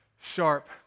sharp